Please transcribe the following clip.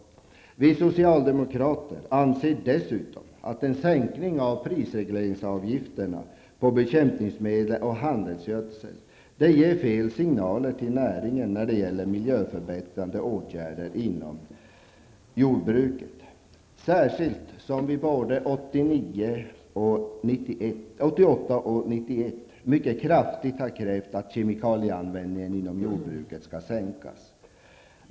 Vi socialdemokrater anser dessutom att en sänkning av prisregleringsavgifterna på bekämpningsmedel och handelsgödsel ger fel signaler till näringen när det gäller miljöförbättrande åtgärder inom jordbruket, särskilt som vi både 1988 och 1991 mycket kraftigt har krävt att kemikalieanvändningen inom jordbruket skall sänkas.